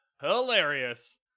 hilarious